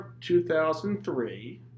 2003